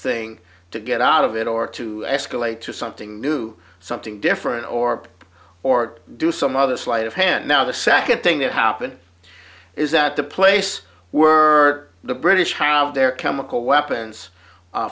thing to get out of it or to escalate to something new something different or or do some other sleight of hand now the second thing that happened is that the place we're the british child their chemical weapons